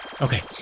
Okay